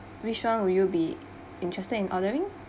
which one will you be interested in ordering